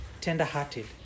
tender-hearted